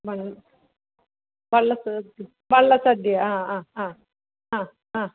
വള്ളം വള്ള സദ്യ വള്ളസദ്യ ആ ആ ആ ആ ആ